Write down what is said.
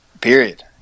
period